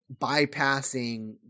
bypassing